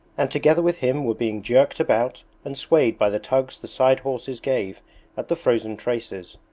and together with him were being jerked about and swayed by the tugs the side-horses gave at the frozen traces,